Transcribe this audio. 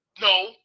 No